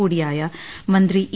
കൂടിയായ മന്ത്രി ഇ